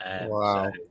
Wow